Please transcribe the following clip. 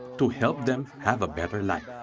to help them have a better like um